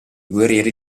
guerrieri